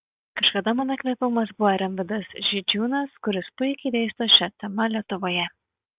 kažkada mano įkvėpimas buvo rimvydas židžiūnas kuris puikiai dėsto šia tema lietuvoje